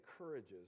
encourages